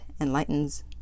enlightens